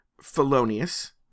felonious